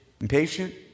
Impatient